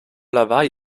lawaai